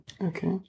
Okay